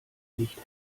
nicht